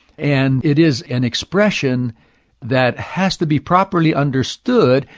and it is an expression that has to be properly understood,